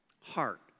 heart